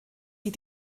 sie